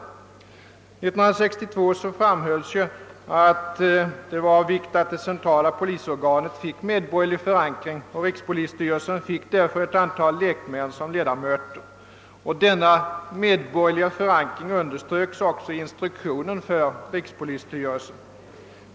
År 1962 framhölls att det var av vikt att det centrala polisorganet fick medborgerlig förankring, och i rikspolisstyrelsen insattes därför ett antal lekmän som ledamöter. Vikten av denna medborgerliga förankring underströks också i instruktionen för rikspolisstyrelsen.